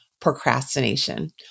procrastination